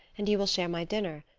and you will share my dinner.